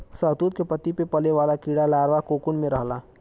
शहतूत के पत्ती पे पले वाला कीड़ा लार्वा कोकून में रहला